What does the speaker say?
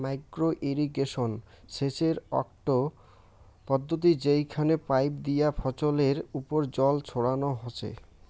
micro irrigation সেচের আকটো পদ্ধতি যেইখানে পাইপ দিয়া ফছলের ওপর জল ছড়ানো হসে